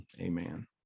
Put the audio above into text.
amen